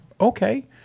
Okay